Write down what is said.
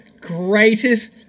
greatest